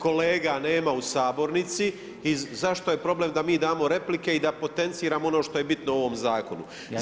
Kolega nema u sabornici i zašto je problem da mi damo replike i da potenciramo ono što je bitno u ovom Zakonu?